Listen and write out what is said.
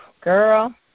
girl